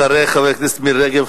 אחרי חברת הכנסת מירי רגב,